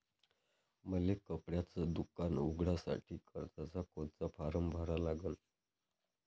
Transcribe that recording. मले कपड्याच दुकान उघडासाठी कर्जाचा कोनचा फारम भरा लागन?